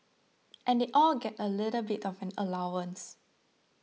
and all get a little bit of an allowance